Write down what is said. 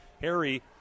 Harry